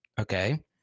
okay